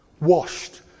Washed